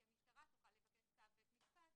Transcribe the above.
כי המשטרה תוכל לבקש צו בית משפט